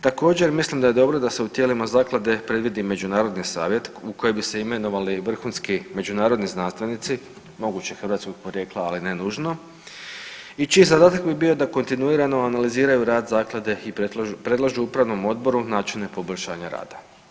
Također mislim da je dobro da se u tijelima zaklade predvidi međunarodni savjet u koji bi se imenovali vrhunski međunarodni znanstvenici, moguće hrvatskog porijekla, ali ne nužno i čiji zadatak bi bio da kontinuirano analiziraju rad zaklade i predlažu upravnom odboru načine poboljšanja rada.